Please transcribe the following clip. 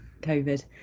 COVID